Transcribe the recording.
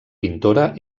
pintora